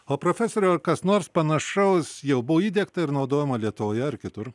o profesoriau ar kas nors panašaus jau buvo įdiegta ir naudojama lietuvoje ar kitur